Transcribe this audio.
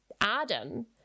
Adam